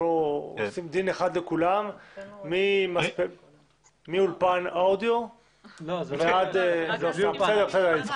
כאן עושים דין אחד לכולם מאולפן אודיו עד למשהו אחר.